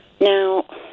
Now